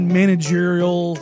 managerial